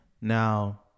Now